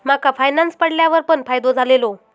माका फायनांस पडल्यार पण फायदो झालेलो